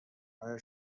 آیا